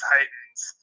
Titans